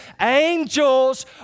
Angels